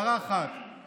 יש ועדה של 20 איש.